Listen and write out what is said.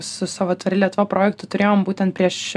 su savo tvari lietuva projektu turėjom būtent prieš